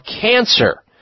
cancer